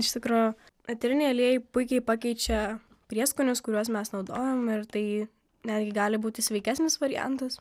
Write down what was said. iš tikro eteriniai aliejai puikiai pakeičia prieskonius kuriuos mes naudojam ir tai netgi gali būti sveikesnis variantas